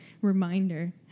reminder